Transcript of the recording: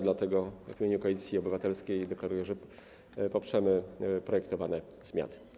Dlatego w imieniu Koalicji Obywatelskiej deklaruję, że poprzemy projektowane zmiany.